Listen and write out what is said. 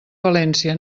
valència